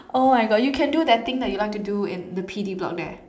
oh my God you can do that thing you like to do in the P_D block there